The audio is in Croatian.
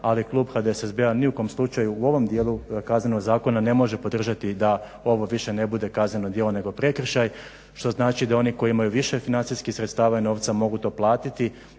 ali klub HDSSB-a ni u kom slučaju u ovom dijelu kaznenog zakona ne može podržati da ovo više ne bude kazneno djelo nego prekršaj, što znači da oni koji imaju više financijskih sredstava i novaca mogu to platiti